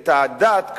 את הדת,